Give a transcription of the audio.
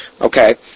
Okay